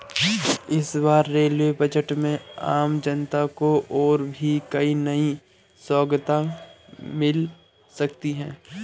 इस बार rail budget में आम जनता को और भी कई नई सौगात मिल सकती हैं